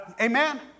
Amen